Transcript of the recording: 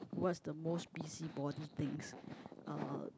what's the most busybody thing